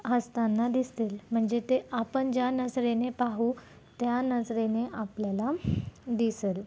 हसताना दिसतील म्हणजे ते आपण ज्या नजरेने पाहू त्या नजरेने आपल्याला दिसेल